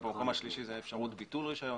ובמקום השלישי זא אפשרות ביטול רישיון.